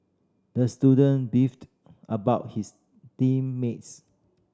the student beefed about his team mates